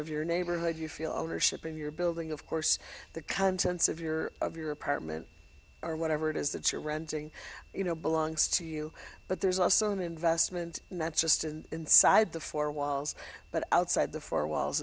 of your neighborhood you feel ownership of your building of course the contents of your of your apartment or whatever it is that you're renting you know belongs to you but there's also an investment that's just inside the four walls but outside the four walls